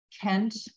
Kent